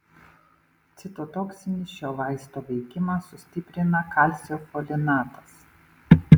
citotoksinį šio vaisto veikimą sustiprina kalcio folinatas